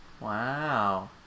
Wow